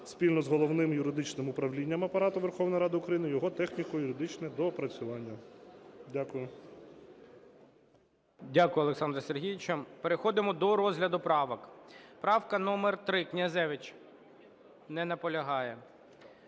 спільно з Головним юридичним управлінням Апарату Верховної Ради України його техніко-юридичне доопрацювання. Дякую. ГОЛОВУЮЧИЙ. Дякую, Олександре Сергійовичу. Переходимо до розгляду правок. Правка номер 3, Князевич. Не наполягає.